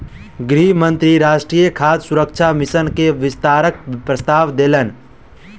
गृह मंत्री राष्ट्रीय खाद्य सुरक्षा मिशन के विस्तारक प्रस्ताव देलैन